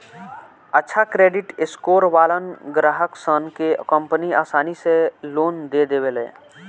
अच्छा credit score वालन ग्राहकसन के कंपनि आसानी से लोन दे देवेले